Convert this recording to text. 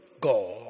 God